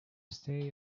stay